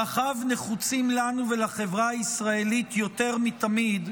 ערכיו נחוצים לנו ולחברה הישראלית יותר מתמיד.